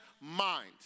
mind